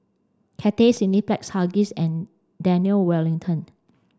Cathay Cineplex Huggies and Daniel Wellington